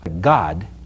God